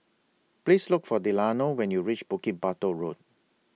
Please Look For Delano when YOU REACH Bukit Batok Road